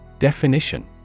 Definition